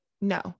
no